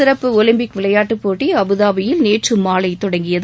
சிறப்பு ஒலிம்பிக் விளையாட்டுப் போட்டி அபுதாபியில் நேற்று மாலை தொடங்கியது